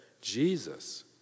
Jesus